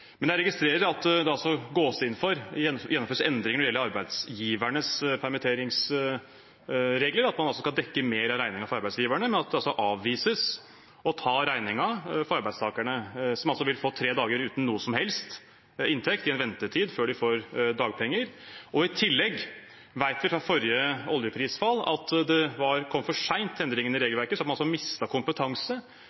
Jeg registrerer at det gjennomføres endringer når det gjelder arbeidsgivernes permitteringsregler, at man skal dekke mer av regningen for arbeidsgiverne, men at man avviser å ta regningen for arbeidstakerne, som vil få tre dager uten noen som helst inntekt – i en ventetid – før de får dagpenger. I tillegg vet vi fra forrige gang det var oljeprisfall, at endringene i regelverket kom for